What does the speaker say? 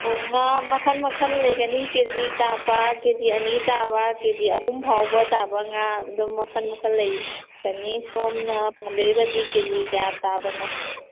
ꯑꯣ ꯉꯥ ꯃꯈꯟ ꯃꯈꯟ ꯂꯩꯒꯅꯤ ꯀꯦꯖꯤ ꯇꯥꯕ ꯀꯦꯖꯤ ꯑꯅꯤ ꯇꯥꯕ ꯀꯦꯖꯤ ꯑꯍꯨꯝ ꯐꯥꯎꯕ ꯇꯥꯕ ꯉꯥ ꯑꯗꯨꯝ ꯃꯈꯟ ꯃꯈꯟ ꯂꯩꯒꯅꯤ ꯁꯣꯝꯅ ꯄꯥꯝꯕꯤꯔꯤꯕꯁꯤ ꯀꯦꯖꯤ ꯀꯌꯥ ꯇꯥꯕꯅꯣ